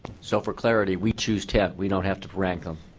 so for clarify we choose ten, we don't have to rank them.